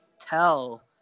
tell